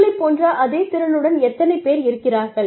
உங்களைப் போன்ற அதே திறனுடன் எத்தனை பேர் இருக்கிறார்கள்